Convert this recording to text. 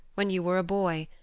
when you were a boy.